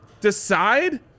decide